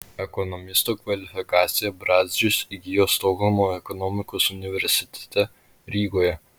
ekonomisto kvalifikaciją brazdžius įgijo stokholmo ekonomikos universitete rygoje